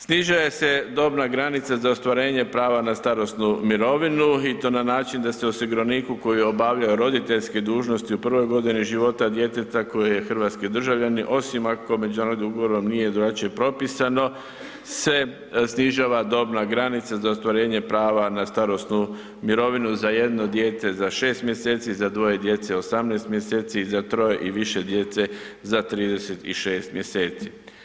Snižuje se dobna granica za ostvarenje prava na starosnu mirovinu i to na način da se osiguraniku koji je obavljao roditeljske dužnosti u prvoj godini života djeteta koje je hrvatski državljanin osim ako međunarodnim ugovorom nije drugačije propisano se snižava dobna granica za ostvarenje prava na starosnu mirovinu za jedno dijete za 6 mjeseci, za dvoje djece 18 mjesece, za troje i više djece za 36 mjeseci.